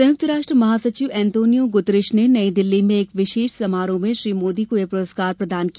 संयुक्त राष्ट्र महासचिव अंतोनियो गुतरश ने नई दिल्ली में एक विशेष समारोह में श्री मोदी को यह पुरस्कार प्रदान किया